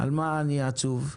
על מה אני עצוב?